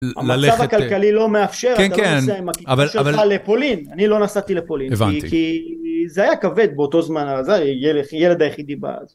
ללכת אה..המצב הכלכלי לא מאפשר. כן, כן, אתה לא נוסע עם הכיתה שלך לפולין אבל... אני לא נסעתי לפולין כי כי.. הבנתי. כי זה היה כבד באותו זמן, ילד היחידי בארץ